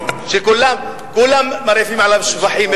שכולם מרעיפים עליו שבחים,